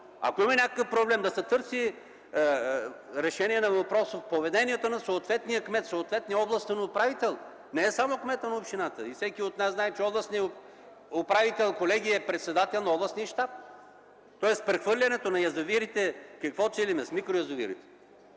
ако има някакъв проблем, да се търси решение на въпроса в поведението на съответния кмет, на съответния областен управител. Не е само кметът на общината – всеки от нас знае, че областният управител, колеги, е председател на областния щаб. Тоест с прехвърлянето на язовирите какво целим, с микроязовирите?